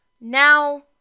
now